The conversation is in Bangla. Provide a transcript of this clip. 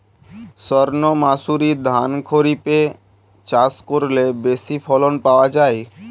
সর্ণমাসুরি ধান খরিপে চাষ করলে বেশি ফলন পাওয়া যায়?